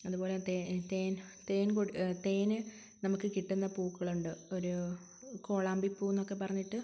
അതുപോലെ തേന് നമുക്ക് കിട്ടുന്ന പൂക്കളുണ്ട് ഒരു കോളാംബി പൂവെന്നൊക്കെ പറഞ്ഞിട്ട്